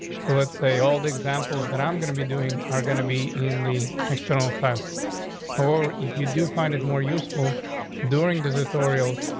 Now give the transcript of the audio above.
so let's say all the examples that i'm gonna be doing doing are going to be in the external stashing. or if you do find it more useful during this tutorial,